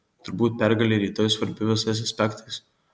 turbūt pergalė rytoj svarbi visais aspektais